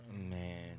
Man